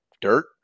dirt